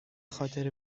خاطر